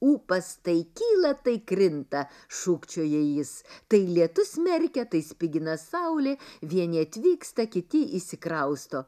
ūpas tai kyla tai krinta šūkčioja jis tai lietus merkia tai spigina saulė vieni atvyksta kiti išsikrausto